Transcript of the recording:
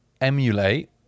emulate